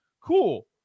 Cool